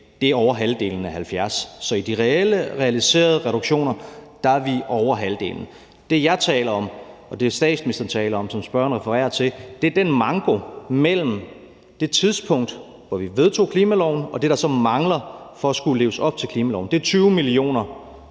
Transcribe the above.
det er over halvdelen af de 70 pct. Så i de reelle realiserede reduktioner er vi over halvdelen. Det, jeg taler om, og det, statsministeren taler om, og som spørgeren refererer til, er den manko mellem det tidspunkt, hvor vi vedtog klimaloven, og det, der så mangler for at skulle leve op til klimaloven. Det er 20 mio.